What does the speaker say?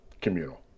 Communal